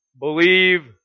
believe